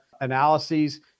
analyses